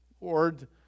Lord